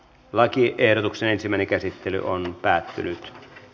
lakiehdotuksen ensimmäinen käsittely päättyi